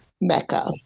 Mecca